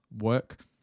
work